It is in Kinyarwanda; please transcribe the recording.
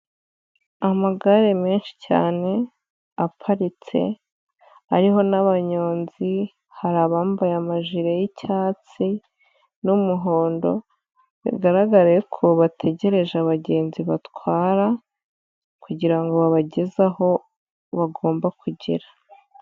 Amagare menshi cyane aparitse, ariho n'abanyonzi hari abambaye amajire y'icyatsi n'umuhondo, bigaragare ko bategereje abagenzi batwara kugira ngo babageze aho bagomba kugera.